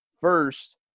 First